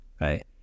right